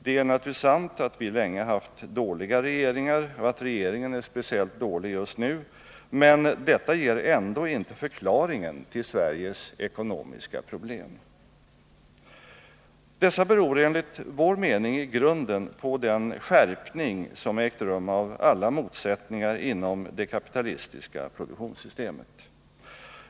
Det är naturligtvis sant att vi länge haft dåliga regeringar och att den nuvarande regeringen är speciellt dålig, men detta ger ändå inte förklaringen till Sveriges ekonomiska problem. Detta problem beror enligt vår mening i grunden på den skärpning som ägt rum av alla motsättningar inom det kapitalistiska produktionssystemet.